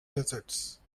deserts